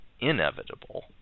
inevitable